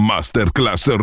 Masterclass